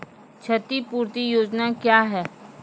क्षतिपूरती योजना क्या हैं?